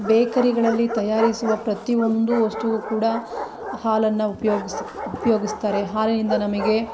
ಬೇಕರಿಗಳಲ್ಲಿ ತಯಾರಿಸುವ ಪ್ರತಿಯೊಂದು ವಸ್ತುವು ಕೂಡ ಹಾಲನ್ನು ಉಪಯೋಗ್ಸು ಉಪಯೋಗಿಸ್ತಾರೆ ಹಾಲಿನಿಂದ ನಮಗೆ